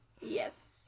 Yes